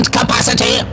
capacity